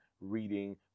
reading